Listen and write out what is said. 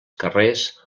carrers